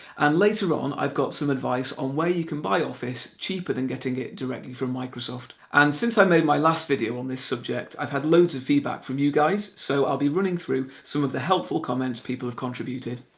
and later on i've got some advice on where you can buy office cheaper than getting it directly from microsoft. and since i made my last video on this subject, i've had loads of feedback from you guys, so i'll be running through some of the helpful comments people have contributed.